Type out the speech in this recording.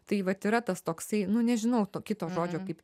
tai vat yra tas toksai nu nežinau to kito žodžio kaip